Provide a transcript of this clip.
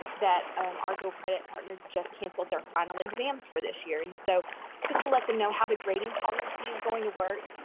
that our dual credit partner just canceled their final exams for this year. and so just to let them know how the grading policy is going to work.